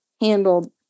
handled